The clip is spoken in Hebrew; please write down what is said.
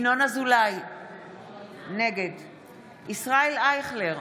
היה שליש-שליש-שליש,